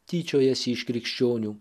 tyčiojasi iš krikščionių